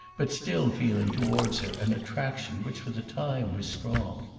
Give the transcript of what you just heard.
but still feeling towards her an attraction which for the time was strong.